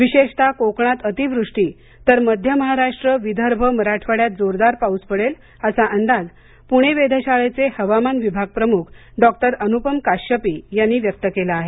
विशेषतः कोकणात अतिवृष्टी तर मध्य महाराष्ट्र विदर्भ मराठवाड्यात जोरदार पाऊस पडेल असा अंदाज पूणे वेधशाळेचे हवामान विभागप्रमुख डॉक्टर अनुपम काश्यपी यांनी व्यक्त केला आहे